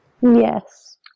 Yes